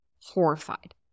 horrified